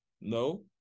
No